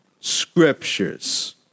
scriptures